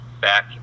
back